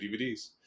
DVDs